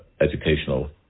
educational